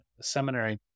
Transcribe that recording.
seminary